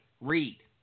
Read